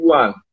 one